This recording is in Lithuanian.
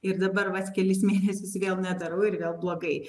ir dabar vat kelis mėnesius vėl nedarau ir vėl blogai